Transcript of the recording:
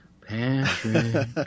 Patrick